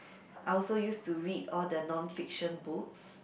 I also use to read all the non fiction books